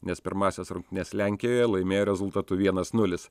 nes pirmąsias rungtynes lenkijoje laimėjo rezultatu vienas nulis